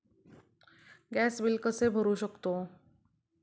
Gas bill कसे भरू शकतो?